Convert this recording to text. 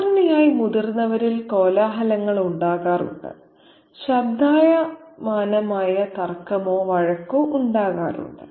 സാധാരണയായി മുതിർന്നവരിൽ കോലാഹലങ്ങൾ ഉണ്ടാകാറുണ്ട് ശബ്ദായമാനമായ തർക്കമോ വഴക്കോ ഉണ്ടാകാറുണ്ട്